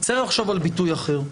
צריך לחשוב על ביטוי אחר.